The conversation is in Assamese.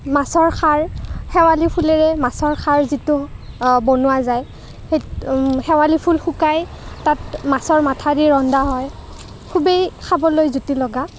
মাছৰ খাৰ শেৱালি ফুলেৰে মাছৰ খাৰ যিটো বনোৱা যায় সেইত শেৱালি ফুল শুকাই তাত মাছৰ মাথা দি ৰন্ধা হয় খুবেই খাবলৈ জুতি লগা